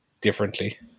differently